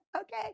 okay